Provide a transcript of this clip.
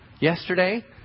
yesterday